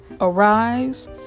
arise